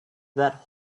that